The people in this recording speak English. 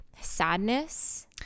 sadness